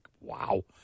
wow